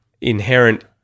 inherent